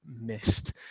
missed